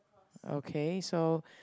okay so